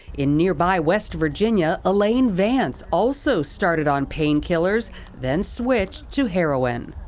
in nearby west virginia, elaine vance also started on painkillers then switch to heroin.